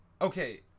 Okay